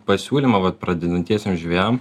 pasiūlymą vat pradedantiesiem žvejam